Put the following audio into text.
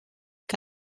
que